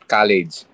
college